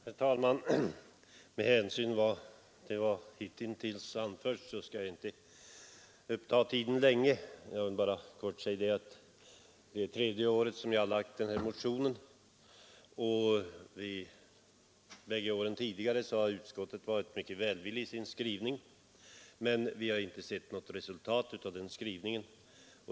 Herr talman! Med hänsyn till vad hittills anförts skall jag inte uppta tiden länge. Det är tredje året som vi har väckt en motion med detta innehåll. Även de båda föregående åren har utskottet skrivit mycket välvilligt, men vi har inte sett något resultat därav.